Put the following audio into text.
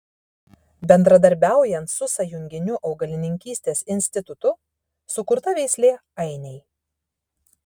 bendradarbiaujant su sąjunginiu augalininkystės institutu sukurta veislė ainiai